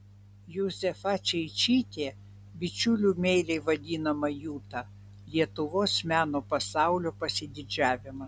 juzefa čeičytė bičiulių meiliai vadinama juta lietuvos meno pasaulio pasididžiavimas